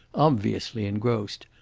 obviously engrossed,